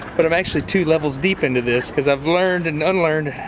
but i'm actually two levels deep into this, because i've learned and un-learned.